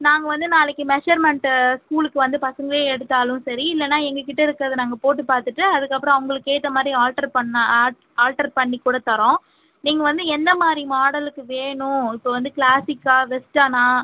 நாங்கள் வந்து நாளைக்கு மெஷர்மெண்ட்டு ஸ்கூலுக்கு வந்து பசங்களையே எடுத்தாலும் சரி இல்லைன்னா எங்ககிட்ட இருக்கறதை நாங்கள் போட்டு பார்த்துட்டு அதுக்கப்பறம் அவங்களுக்கு ஏற்ற மாதிரி ஆல்ட்டர் பண்ணால் ஆட் ஆல்ட்டர் பண்ணிக் கூட தரோம் நீங்கள் வந்து எந்தமாதிரி மாடலுக்கு வேணும் இப்போ வந்து கிளாசிக்காக வெஸ்டர்னாக